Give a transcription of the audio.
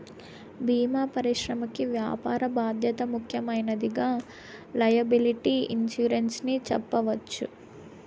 భీమా పరిశ్రమకి వ్యాపార బాధ్యత ముఖ్యమైనదిగా లైయబిలిటీ ఇన్సురెన్స్ ని చెప్పవచ్చు